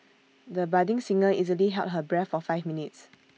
the budding singer easily held her breath for five minutes